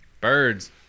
Birds